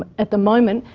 ah at the moment,